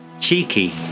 Cheeky